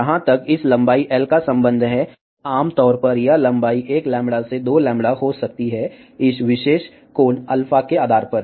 जहां तक इस लंबाई l का संबंध है आमतौर पर यह लंबाई 1λ से 2λ हो सकती है इस विशेष ∠α के आधार पर